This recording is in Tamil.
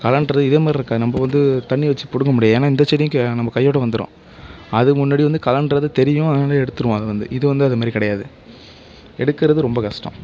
களைன்றது இதேமாதிரி இருக்காது நம்ப வந்து தண்ணி வச்சு பிடுங்க முடியும் ஏன்னால் இந்த செடிங்க நம்ப கையோடு வந்துடும் அதுக்கு முன்னாடி வந்து களைன்றது தெரியும் அதனால் எடுத்துடுவோம் அதை வந்து இதைவந்து அதை மாரி கிடையாது எடுக்குறது ரொம்ப கஷ்டம்